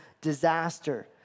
disaster